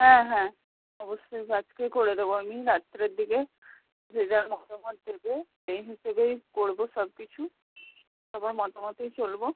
হ্যাঁ হ্যাঁ অবশ্যই আজকেই করে দেবো আমি রাত্রের দিকে যে যার মতামত দেবে সেই হিসেবেই করব সব কিছু সবার মতামতেই চলব